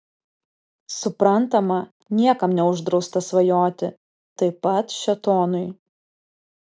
suprantama niekam neuždrausta svajoti taip pat šėtonui